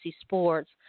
sports